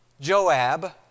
Joab